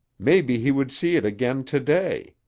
maybe he would see it again today.